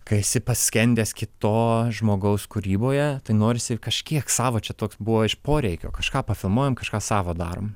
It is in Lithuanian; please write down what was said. kai esi paskendęs kito žmogaus kūryboje tai norisi kažkiek savo čia toks buvo iš poreikio kažką pafilmuojam kažką savo darom